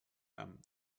them